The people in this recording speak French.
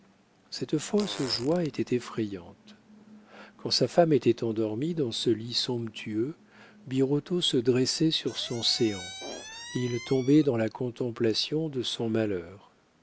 cette fausse joie était effrayante quand sa femme était endormie dans ce lit somptueux birotteau se dressait sur son séant il tombait dans la contemplation de son malheur